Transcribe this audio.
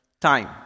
time